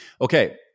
okay